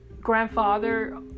grandfather